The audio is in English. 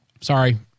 Sorry